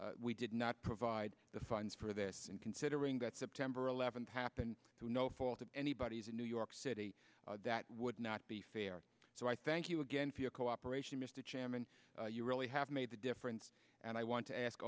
if we did not provide the funds for this and considering that september eleventh happened no fault of anybody's in new york city that would not be fair so i thank you again for your cooperation mr chairman you really have made a difference and i want to ask